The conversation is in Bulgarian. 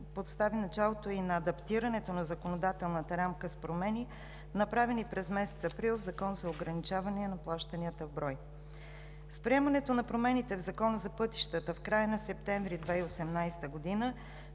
постави началото и на адаптирането на законодателната рамка с промени, направени през месец април в Закона за ограничаване на плащанията в брой. С приемането на промените в Закона за пътищата в края на месец септември 2018 г.